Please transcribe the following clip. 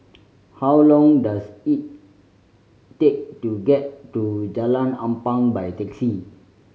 how long does it take to get to Jalan Ampang by taxi